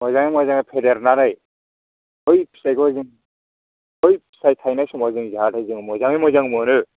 मोजाङै मोजां फेदेरनानै बै फिथायखौ जों बै फिथाय थायनाय समाव जों जाहाथे मोजाङै मोजां मोनो